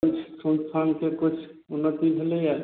किछु संस्थानके किछु उन्नति भेलय हइ